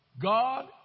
God